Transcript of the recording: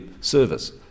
service